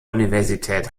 universität